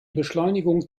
beschleunigung